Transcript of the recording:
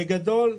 בגדול,